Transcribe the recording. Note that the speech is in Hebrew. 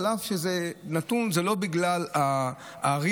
אף שזה לא בגלל הערים,